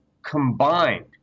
combined